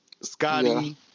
Scotty